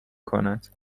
کند